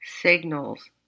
signals